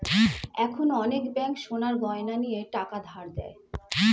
এখন অনেক ব্যাঙ্ক সোনার গয়না নিয়ে টাকা ধার দেয়